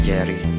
Jerry